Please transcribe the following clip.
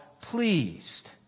pleased